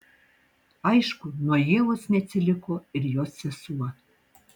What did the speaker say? aišku nuo ievos neatsiliko ir jos sesuo